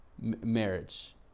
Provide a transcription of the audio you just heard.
marriage